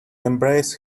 embrace